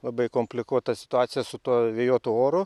labai komplikuota situacija su tuo vėjuotu oru